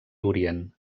orient